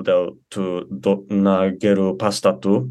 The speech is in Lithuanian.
dėl tų du na gerų pastatų